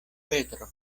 petro